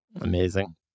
Amazing